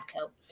coat